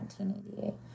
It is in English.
1988